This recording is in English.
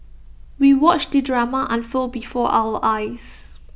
we watched the drama unfold before our eyes